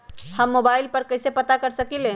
हम मोबाइल पर कईसे पता कर सकींले?